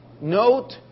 note